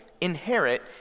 inherit